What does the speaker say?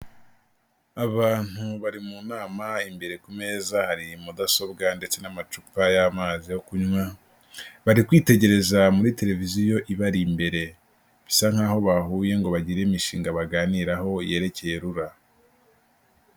Abantu bari mu nama imbere ku meza hari mudasobwa ndetse n'amacupa y'amazi yo kunywa, bari kwitegereza muri tereviziyo ibari imbere, bisa nk'aho bahuye ngo bagire imishinga baganiraho yerekeye RURA.